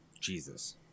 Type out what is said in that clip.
Jesus